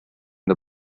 the